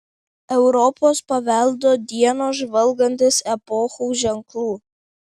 europos paveldo dienos žvalgantis epochų ženklų